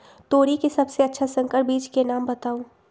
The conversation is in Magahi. तोरी के सबसे अच्छा संकर बीज के नाम बताऊ?